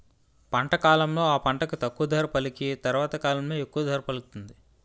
పంట కాలంలో ఆ పంటకు తక్కువ ధర పలికి తరవాత కాలంలో ఎక్కువ ధర పలుకుతుంది